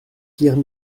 pierre